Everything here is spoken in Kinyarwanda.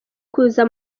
kuza